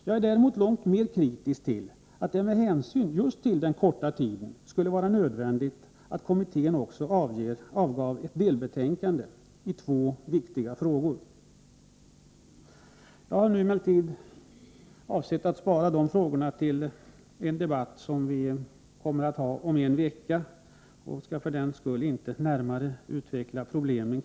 Jag är däremot långt mer kritisk till att det trots den korta tiden skall vara nödvändigt att kommittén avger ett delbetänkande i två viktiga frågor. Jag avser emellertid att spara de frågorna till den debatt som vi kommer att ha här i kammaren om en vecka och skall därför inte nu närmare beröra de problemen.